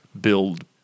build